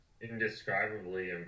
indescribably